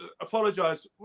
apologise